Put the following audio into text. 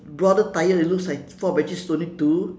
broader tyre it looks like four but actually it's only two